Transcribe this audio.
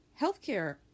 healthcare